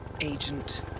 Agent